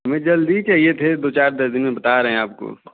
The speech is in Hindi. हमें जल्दी चाहिये थे दो चार दस दिन में बता रहे हैं आपको